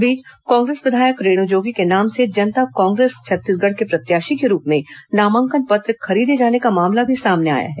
इस बीच कांग्रेस विधायक रेण् जोगी के नाम से जनता कांग्रेस छत्तीसगढ़ के प्रत्याशी के रूप में नामांकन पत्र खरीदे जाने का मामला भी सामने आया है